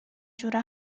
جوره